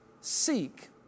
seek